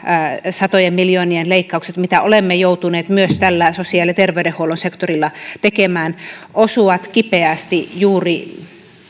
satojen miljoonien leikkaukset mitä olemme joutuneet myös tällä sosiaali ja terveydenhuollon sektorilla tekemään ne osuvat kipeästi juuri